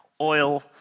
oil